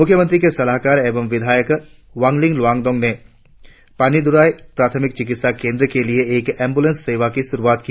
मुख्यमंत्री के सलाहकार एवं विधायक वांगलिन लोवांगडोंग ने पानिद्राई प्राथमिक चिकित्सा केंद्र के लिए एक एम्ब्रलेंस सेवा की श्रुआत की